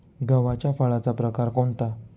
गव्हाच्या फळाचा प्रकार कोणता?